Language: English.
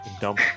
Dump